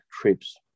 trips